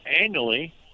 annually